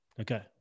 Okay